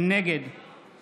נגד